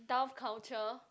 Dove Culture